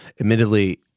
admittedly